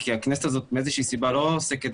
כי הכנסת הזאת מאיזושהי סיבה לא עוסקת